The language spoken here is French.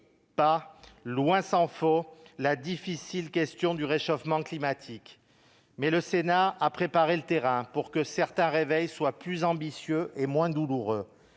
pas, tant s'en faut, la difficile question du réchauffement climatique, mais le Sénat a préparé le terrain pour que certains réveils soient plus ambitieux et moins douloureux.